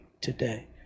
today